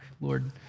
Lord